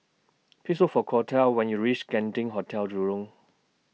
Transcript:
Please Look For Cordell when YOU REACH Genting Hotel Jurong